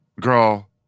Girl